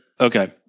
Okay